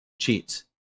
cheats